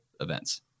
events